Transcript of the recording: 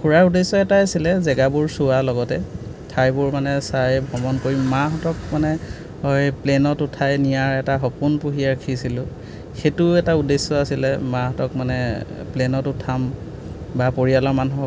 ফুৰাৰ উদ্দেশ্য এটাই আছিলে জেগাবোৰ চোৱাৰ লগতে ঠাইবোৰ মানে চাই ভ্ৰমণ কৰিম মাহঁতক মানে হয় প্লেনত উঠাই নিয়াৰ এটা সপোন পুহি ৰাখিছিলোঁ সেইটো এটা উদ্দেশ্য আছিলে মাহঁতক মানে প্লেনত উঠাম বা পৰিয়ালৰ মানুহক